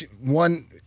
one